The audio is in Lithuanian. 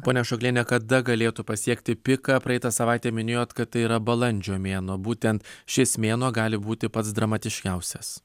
ponia ašokliene kada galėtų pasiekti piką praeitą savaitę minėjot kad tai yra balandžio mėnuo būtent šis mėnuo gali būti pats dramatiškiausias